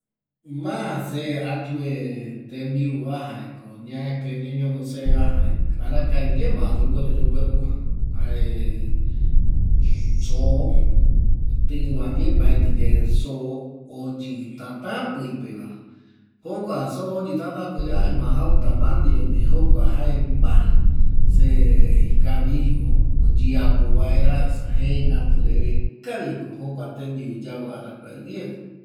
Ma se ayue tembiuva jaeko ñaepe oñeñono seva jaeko arakae guiema yugueru yogueru jae soo tƚva ndie mbaetƚyae soo oyƚ tatapƚipeva jokua soo oyƚ tatapƚipeva jauta mandio ndie jokua jae ma se ikavi oyeapo vaera esa jengätu reve kaviko jokua tembiu yau arakae guie